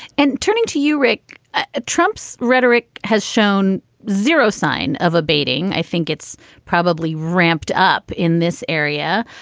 and turning to you, rick. ah trump's rhetoric has shown zero sign of abating. i think it's probably ramped up in this area,